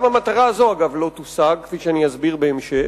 גם המטרה הזאת לא תושג, כפי שאני אסביר בהמשך.